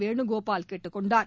வேணுகோபால் கேட்டுக் கொண்டார்